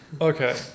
okay